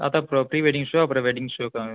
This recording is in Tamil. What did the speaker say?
அதான் ப்ரோ ப்ரீ வெட்டிங் ஷோ அப்புறம் வெட்டிங் ஷோவுக்காக